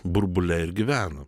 burbule ir gyvena